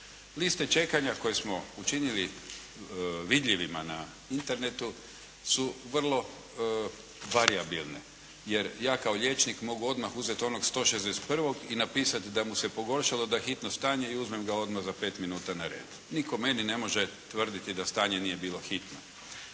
Liste čekanja koje smo učinili vidljivima na Internetu su vrlo varijabilne. Jer ja kao liječnik mogu odmah uzeti onog 161. i napisati da mu se pogoršalo, da je hitno stanje i uzmem ga odmah za 5 minuta na red. Nitko meni ne može tvrditi da stanje nije bilo hitno.